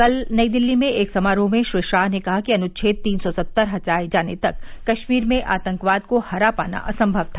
कल नई दिल्ली में एक समारोह में श्री शाह ने कहा कि अनुछेद तीन सौ सत्तर हटाए जाने तक कश्मीर में आतंकवाद को हरा पाना असंभव था